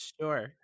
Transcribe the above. Sure